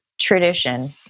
tradition